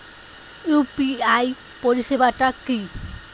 UPI পরিসেবাটা কি?